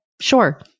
sure